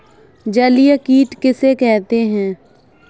जलीय कीट किसे कहते हैं?